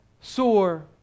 Soar